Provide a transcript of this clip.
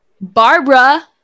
Barbara